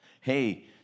hey